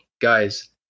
guys